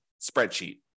spreadsheet